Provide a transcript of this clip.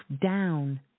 down